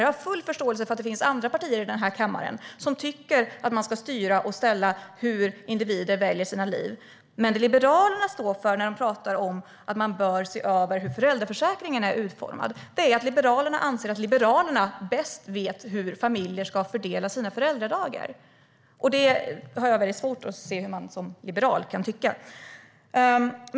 Jag har full förståelse för att det finns andra partier i den här kammaren som tycker att man ska styra och ställa hur individer ska leva. Men vad Liberalerna står för när man talar om utformningen av föräldraförsäkringen är att Liberalerna bäst vet hur familjer ska fördela sina föräldradagar. Jag har svårt att förstå hur man som liberal kan tycka så.